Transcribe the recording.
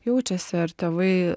jaučiasi ar tėvai